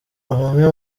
bamwe